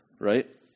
Right